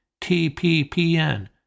TPPN